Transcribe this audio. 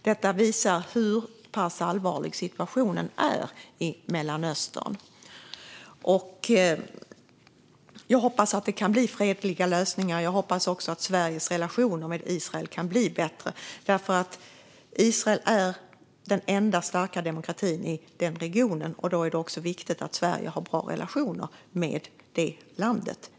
Detta visar hur pass allvarlig situationen är i Mellanöstern. Jag hoppas att det kan bli fredliga lösningar. Jag hoppas också att Sveriges relationer med Israel kan bli bättre. Israel är den enda starka demokratin i den regionen, och då är det viktigt att Sverige har bra relationer med det landet.